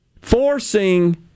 Forcing